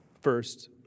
First